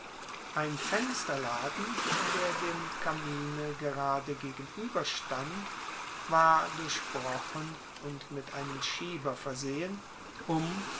ein fensterladen der dem kamine gerade gegenüberstand war durchbrochen und mit einem schieber versehen um